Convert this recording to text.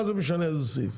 מה זה משנה איזה סעיף,